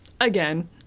again